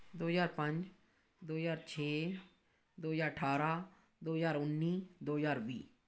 ਦੋ ਹਜ਼ਾਰ ਪੰਜ ਦੋ ਹਜ਼ਾਰ ਛੇ ਦੋ ਹਜ਼ਾਰ ਅਠਾਰਾਂ ਦੋ ਹਜ਼ਾਰ ਉੱਨੀ ਦੋ ਹਜ਼ਾਰ ਵੀਹ